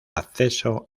acceso